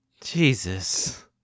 Jesus